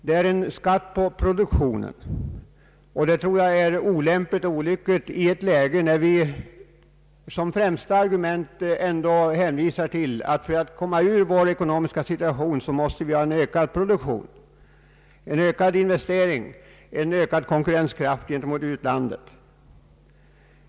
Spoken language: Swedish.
Den är en skatt på produktionen, och det tror jag är olämpligt och olyckligt i ett läge där vi som främsta argument ändå hänvisar till att vi för att komma ur den nuvarande ekonomiska situationen måste ha en ökad produktion, en ökad investeringstakt och en ökad konkurrenskraft gentemot utlandet.